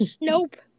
Nope